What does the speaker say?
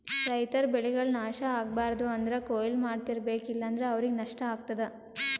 ರೈತರ್ ಬೆಳೆಗಳ್ ನಾಶ್ ಆಗ್ಬಾರ್ದು ಅಂದ್ರ ಕೊಯ್ಲಿ ಮಾಡ್ತಿರ್ಬೇಕು ಇಲ್ಲಂದ್ರ ಅವ್ರಿಗ್ ನಷ್ಟ ಆಗ್ತದಾ